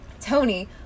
Tony